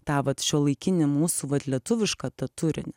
tą vat šiuolaikinį mūsų vat lietuvišką tą turinį